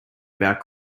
about